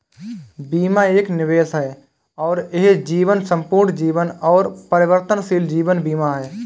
बीमा एक निवेश है और यह जीवन, संपूर्ण जीवन और परिवर्तनशील जीवन बीमा है